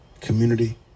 community